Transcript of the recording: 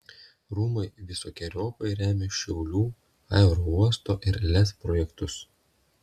rūmai visokeriopai remia šiaulių aerouosto ir lez projektus